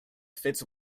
fits